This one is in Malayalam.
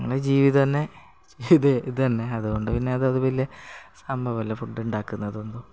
നമ്മുടെ ജീവിതം തന്നെ ഇതേ ഇതു തന്നെ അതുകൊണ്ട് പിന്നെ അത് അത് വലിയ സംഭവമല്ല ഫുഡ്ഡുണ്ടാക്കുന്നതൊന്നും